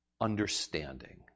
understanding